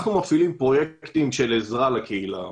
אנחנו מפעילים פרויקטים של עזרה לקהילה,